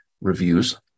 reviews